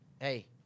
Hey